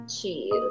cheese